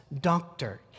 Doctor